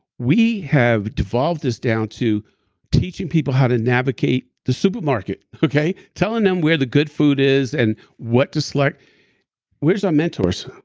we have devolved this down to teaching people how to navigate the supermarket. telling them where the good food is and what to select where's our mentors?